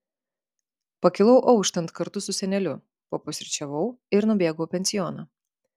pakilau auštant kartu su seneliu papusryčiavau ir nubėgau į pensioną